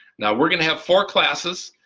now we're gonna have four classes.